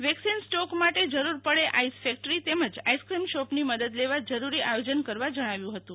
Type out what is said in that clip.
vaccine stock માટે જરૂર પડે આઈસ ફેક્ટરી તેમજ આઈસક્રીમ શોપની મદદ લેવા જરૂરી આયોજન કરવા જણાવ્યું હતું